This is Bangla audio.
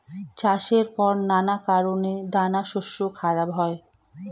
চাষের পর নানা কারণে দানাশস্য খারাপ হয়